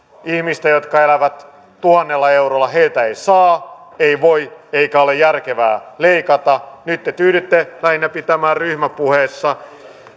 ihmistä jotka elävät tuhannella eurolla heiltä ei saa ei voi eikä ole järkevää leikata nyt te tyydytte lähinnä pitämään ryhmäpuheessa